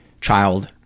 child